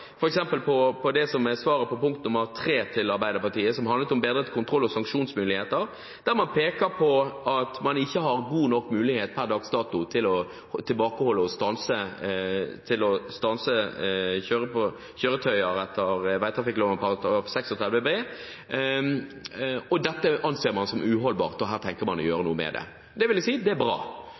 tidspunkt. På andre områder går man så langt – f.eks. i det som er svaret på punkt nummer tre til Arbeiderpartiet, som handlet om bedrede kontroll- og sanksjonsmuligheter – at man peker på at man per dags dato ikke har god nok mulighet til å tilbakeholde og stanse kjøretøyer etter vegtrafikkloven § 36 b, og at man anser det som uholdbart og tenker å gjøre noe med det. Det vil jeg si er bra!